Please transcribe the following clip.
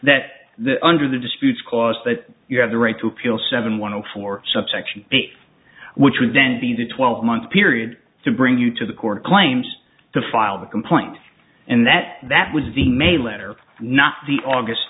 that the under the disputes cause that you have the right to appeal seven one hundred four subsection b which would then be the twelve month period to bring you to the court claims to file the complaint and that that was the main letter not the august